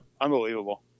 unbelievable